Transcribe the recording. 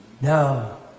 No